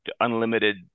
unlimited